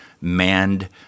manned